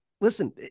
Listen